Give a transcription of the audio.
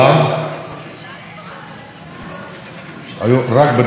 כי אנרגיה נכון להיום היא דבר מאוד יקר בעולם.